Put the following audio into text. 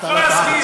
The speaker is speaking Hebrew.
אתה לא תאהב את זה.